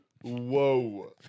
whoa